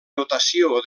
notació